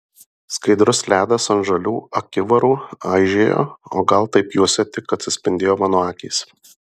skaidrus ledas ant žalių akivarų aižėjo o gal taip juose tik atsispindėjo mano akys